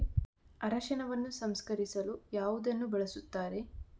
ಅರಿಶಿನವನ್ನು ಸಂಸ್ಕರಿಸಲು ಯಾವುದನ್ನು ಬಳಸುತ್ತಾರೆ?